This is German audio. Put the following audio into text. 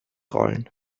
rollen